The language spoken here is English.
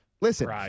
listen